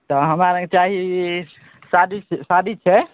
तऽ हमरा आओरकेँ चाही शादी शादी छै